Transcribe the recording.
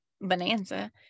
Bonanza